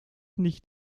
nicht